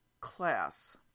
class